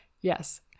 Yes